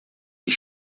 die